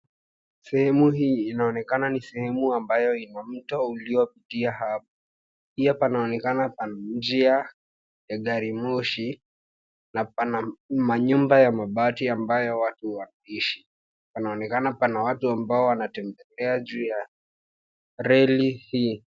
Sehemu hii inaonekana ni sehemu ambayo ina mto uliopitia hapa. Pia panaonekana pana njia ya gari moshi, na pana manyumba ya mabati ambayo watu wanaishi. Panaonekana pana watu ambao wanatembea juu ya reli hii.